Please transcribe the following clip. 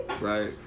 right